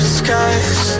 skies